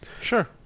Sure